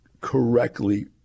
correctly